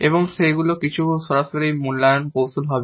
এবং সেগুলো কিছু সরাসরি মূল্যায়ন কৌশল হবে